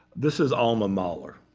this is alma mahler,